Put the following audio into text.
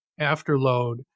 afterload